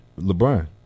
LeBron